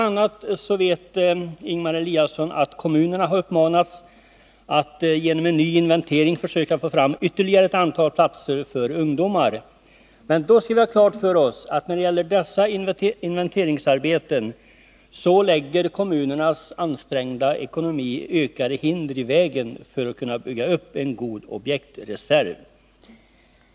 a. vet Ingemar Eliasson att kommunerna har uppmanats att genom en ny inventering försöka få fram ytterligare ett antal platser för ungdomar. Men vi skall ha klart för oss att kommunernas ansträngda ekonomi lägger hinder i vägen när det gäller att bygga upp en god objektreserv avseende sådana platser.